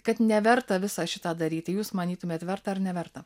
kad neverta visą šitą daryti jūs manytumėt verta ar neverta